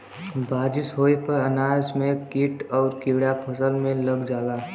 बारिस होये पर अनाज में कीट आउर कीड़ा फसल में लग जाला